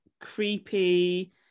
creepy